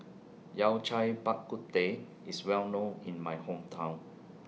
Yao Cai Bak Kut Teh IS Well known in My Hometown